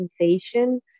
sensation